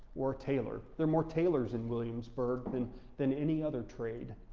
or a tailor, they're more tailors in williamsburg than than any other trade.